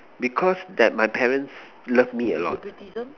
because that my parents love me a lot